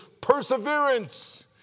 perseverance